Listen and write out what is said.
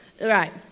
Right